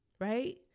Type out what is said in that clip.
right